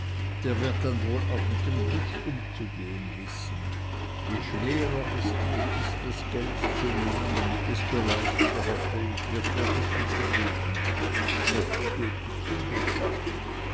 der wird dann wohl auch mit dem glück umzugehen wissen je schwerer es dir ist das geld zu nehmen desto leichter hoffe ich wird dir das wiedergeben oft geht es umgekehrt